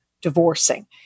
divorcing